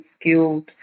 skilled